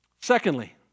Secondly